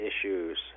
issues